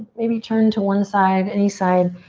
maybe turn to one side, any side,